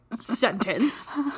sentence